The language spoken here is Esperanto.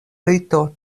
lito